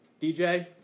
DJ